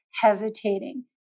hesitating